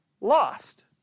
lost